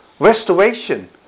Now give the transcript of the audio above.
restoration